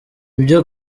byo